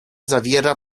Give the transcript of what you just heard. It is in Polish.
zawiera